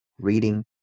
reading